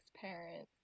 parents